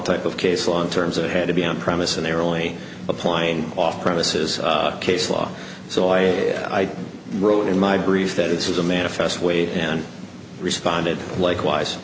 type of case law in terms that had to be on premise and they were only applying off premises case law so i wrote in my brief that it was a manifest weight and responded likewise